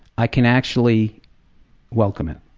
i can actually welcome it.